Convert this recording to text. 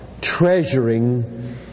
treasuring